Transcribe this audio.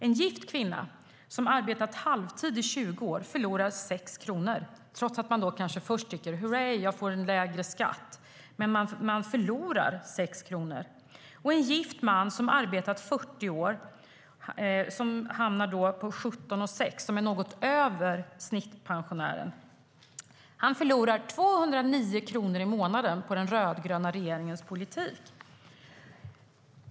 En gift kvinna som har arbetat halvtid i 20 år förlorar 6 kronor, trots att man kanske först säger hurra för en lägre skatt. Man förlorar 6 kronor. En gift man som arbetat i 40 år hamnar på 17 600, något över snittpensionären. Han förlorar 209 kronor i månaden på den rödgröna regeringens politik.